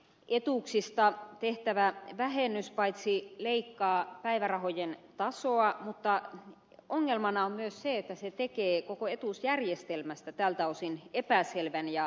etuuksista tehtävä vähennys leikkaa päivärahojen tasoa mutta ongelmana on myös se että se tekee koko etuusjärjestelmästä tältä osin epäselvän ja hämärän